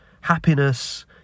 happiness